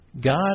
God